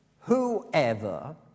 whoever